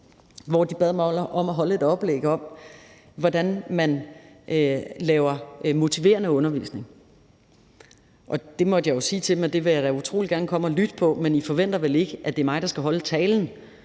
hvor de bad mig om at holde et oplæg om, hvordan man laver motiverende undervisning. Det måtte jeg jo sige til dem at jeg utrolig gerne ville komme og lytte til, men at de vel ikke forventede, at det var mig, der skulle holde talen.